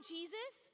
Jesus